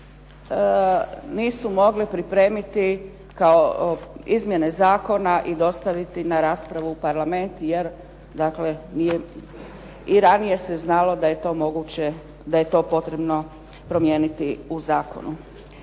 nisu mogle pripremiti kao izmjene zakona i dostaviti na raspravu u Parlament jer dakle i ranije se znalo da je to potrebno promijeniti u zakonu.